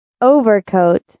Overcoat